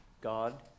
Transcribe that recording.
God